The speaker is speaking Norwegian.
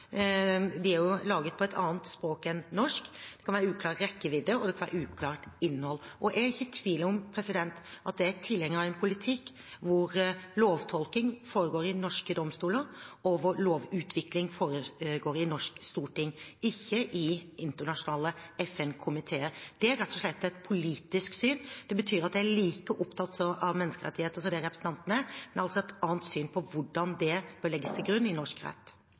er jo laget på et annet språk enn norsk. Det kan være uklar rekkevidde, og det kan være uklart innhold. Det er ikke tvil om jeg er tilhenger av en politikk hvor lovtolkning foregår i norske domstoler og lovutvikling foregår i det norske storting, ikke i internasjonale FN-komiteer. Det er rett og slett et politisk syn. Det betyr at jeg er like opptatt av menneskerettigheter som det representanten er, men har altså et annet syn på hvordan det bør legges til grunn i norsk rett.